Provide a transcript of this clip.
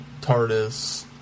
TARDIS